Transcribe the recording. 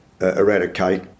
eradicate